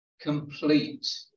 complete